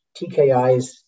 TKIs